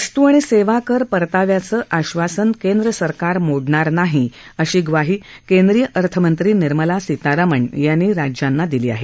वस्तू आणि सेवा कर परताव्याचं आश्वासन केंद्र सरकार मोडणार नाही अशी ग्वाही केंद्रीय अर्थमंत्री निर्मला सीतारामन यांनी राज्यांना दिली आहे